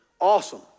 awesome